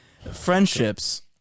Friendships